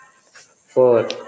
four